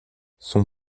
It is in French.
son